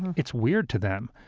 it's weird to them.